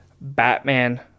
batman